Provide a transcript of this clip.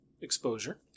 exposure